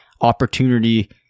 opportunity